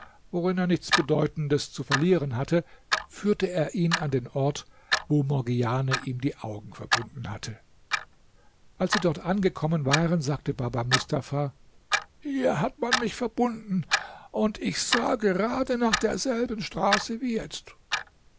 worin er nichts bedeutendes zu verlieren hatte führte er ihn an den ort wo morgiane ihm die augen verbunden hatte als sie dort angekommen waren sagte baba mustafa hier hat man mich verbunden und ich sah gerade nach derselben straße wie jetzt